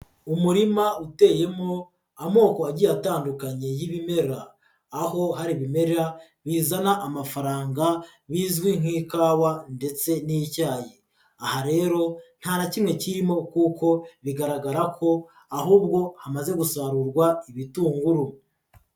Umurima uteyemo amoko agiye atandukanye y'ibimera, aho hari ibimerarere bizana amafaranga, bizwi nk'ikawa ndetse n'icyayi, aha rero nta na kimwe kirimo kuko bigaragara ko ahubwo hamaze gusarurwa ibitunguru.